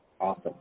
Awesome